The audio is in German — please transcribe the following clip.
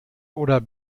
oder